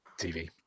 TV